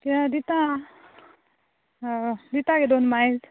तीं आं दिता आं दिता गे दोन मायज